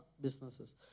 businesses